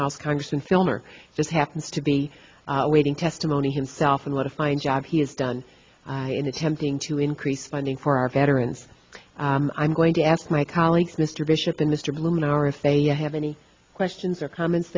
house congressman filner just happens to be waiting testimony himself and what a fine job he has done in attempting to increase funding for our veterans i'm going to ask my colleagues mr bishop to mr bloom now or if they have any questions or comments